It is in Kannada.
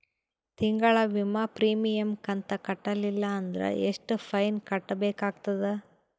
ತಿಂಗಳ ವಿಮಾ ಪ್ರೀಮಿಯಂ ಕಂತ ಕಟ್ಟಲಿಲ್ಲ ಅಂದ್ರ ಎಷ್ಟ ಫೈನ ಕಟ್ಟಬೇಕಾಗತದ?